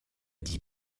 dit